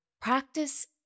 practice